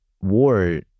war